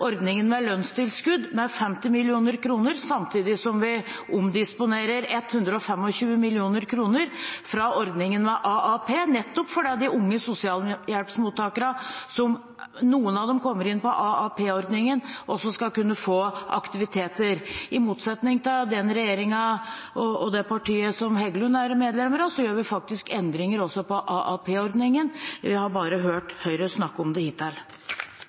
ordningen med lønnstilskudd med 50 mill. kr. Samtidig omdisponerer vi 125 mill. kr fra ordningen med AAP nettopp fordi de unge sosialhjelpsmottakerne – noen av dem kommer inn på AAP-ordningen – også skal kunne få aktiviteter. I motsetning til regjeringen og det partiet som Heggelund er medlem av, gjør vi faktisk endringer også på AAP-ordningen. Jeg har bare hørt Høyre snakke om det hittil.